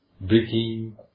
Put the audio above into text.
breaking